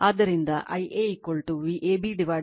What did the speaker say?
ಆದ್ದರಿಂದ Ia Vab √ 3 ಕೋನ 30oo Z y